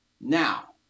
Now